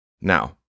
Now